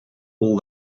all